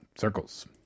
Circles